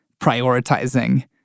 prioritizing